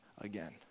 again